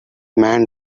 man